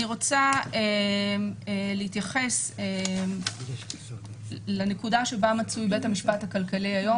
אני רוצה להתייחס לנקודה שבה מצוי בית המשפט הכלכלי היום,